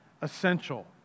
essential